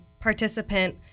participant